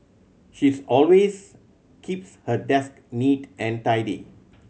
she is always keeps her desk neat and tidy